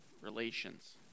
relations